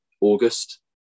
August